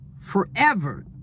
forever